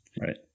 Right